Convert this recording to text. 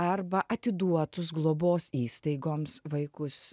arba atiduotus globos įstaigoms vaikus